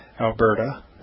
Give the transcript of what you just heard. Alberta